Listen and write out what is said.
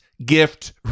Gift